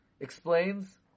explains